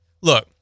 Look